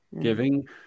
giving